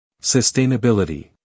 Sustainability